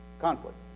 conflict